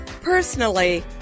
Personally